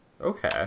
Okay